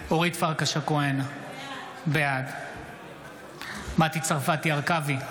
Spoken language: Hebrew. אורית פרקש הכהן, בעד מטי צרפתי הרכבי,